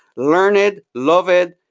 learn it, love it,